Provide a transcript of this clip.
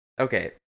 Okay